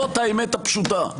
זאת האמת הפשוטה.